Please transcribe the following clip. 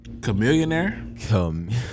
Chameleon